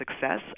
success